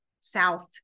south